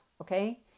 Okay